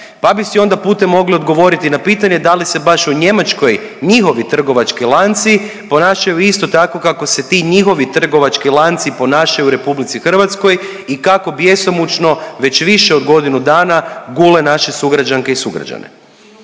Pa bi si onda putem mogli odgovoriti na pitanje da li se baš u Njemačkoj njihovi trgovački lanci ponašaju isto tako kako se ti njihovi trgovački lanci ponašaju u Republici Hrvatskoj i kako bjesomučno već više od godinu dana gule naše sugrađanke i sugrađane.